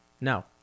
No